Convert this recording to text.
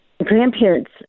Grandparents